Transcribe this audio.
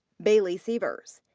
bailey severs.